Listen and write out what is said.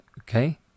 Okay